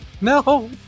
No